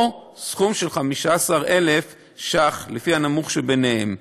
או 15,000 ש"ח, לפי הנמוך שבהם.